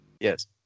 Yes